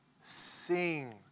sing